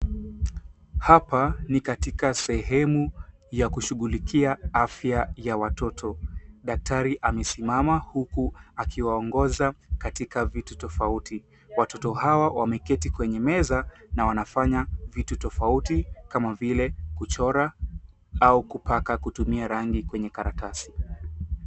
Hapa ni katika sehemu ya kushughulikia afya ya watoto. Daktari amesimama huku akiwaongoza katika vitu tofauti. Watoto hawa wameketi kwenye meza na wanafanya vitu tofauti kama vile kuchora au kupaka kutumia rangi kwenye karatasi.